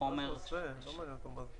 חשבתי שאתה עונה על הזמן לתיקון